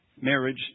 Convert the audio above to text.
marriage